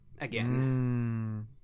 again